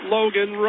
Logan